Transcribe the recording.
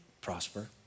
prosper